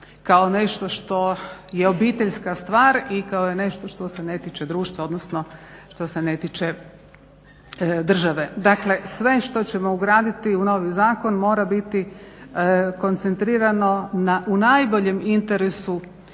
kao nešto što je obiteljska stvar i kao nešto što se ne tiče društva, odnosno što se ne tiče države. Dakle, sve što ćemo ugraditi u novi zakon mora biti koncentrirano na u najboljem interesu